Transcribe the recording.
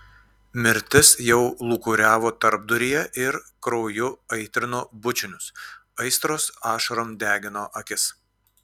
mirtis jau lūkuriavo tarpduryje ir krauju aitrino bučinius aistros ašarom degino akis